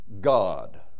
God